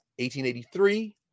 1883